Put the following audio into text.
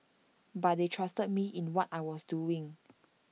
but they trusted me in what I was doing